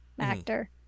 actor